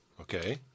Okay